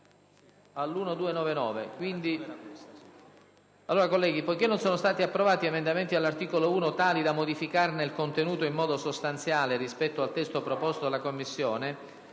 sono improcedibili. Poiché non sono stati approvati emendamenti all'articolo 1 tali da modificarne il contenuto in modo sostanziale rispetto al testo proposto dalla Commissione,